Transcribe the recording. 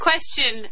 Question